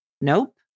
Nope